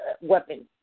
weapons